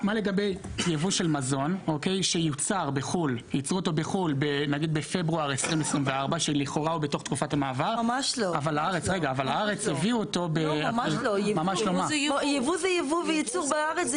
הם יובאו לפני תום תקופת המעבר וזה מוצרים חדשים אבל הם נרשמים כעת.